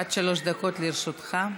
עד שלוש דקות לרשותך.